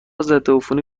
ضدعفونی